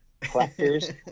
collectors